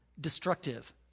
destructive